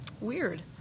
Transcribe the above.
weird